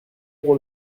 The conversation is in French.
pour